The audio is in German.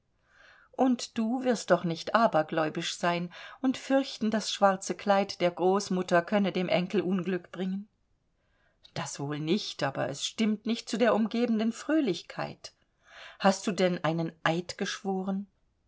und du wirst doch nicht abergläubisch sein und fürchten das schwarze kleid der großmutter könne dem enkel unglück bringen das wohl nicht aber es stimmt nicht zu der umgebenden fröhlichkeit hast du denn einen eid geschworen